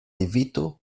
evitu